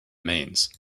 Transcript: remains